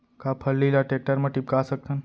का फल्ली ल टेकटर म टिपका सकथन?